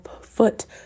foot